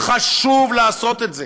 חשוב לעשות את זה